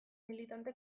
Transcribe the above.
militante